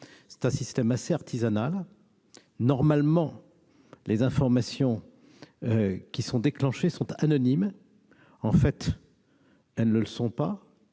C'est un système assez artisanal. Normalement, les informations sont anonymes. En fait, elles ne le sont pas,